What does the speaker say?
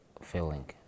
feeling